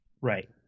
Right